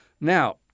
Now